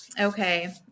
okay